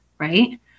Right